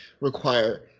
require